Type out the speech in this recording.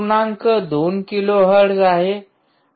२ kilohertz